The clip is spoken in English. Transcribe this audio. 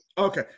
Okay